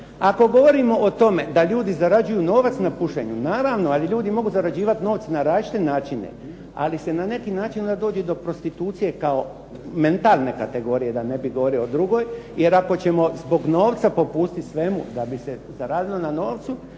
Ako govorimo o tome da ljudi zarađuju novac na pušenju, naravno. Ali ljudi mogu zarađivati novce na različite načine. Ali se na neki način onda dođe do prostitucije kao mentalne kategorije, da ne bi govorio o drugoj, jer ako ćemo zbog novca popustiti svemu da bi se zaradilo na novcu,